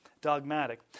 dogmatic